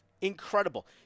Incredible